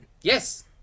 Yes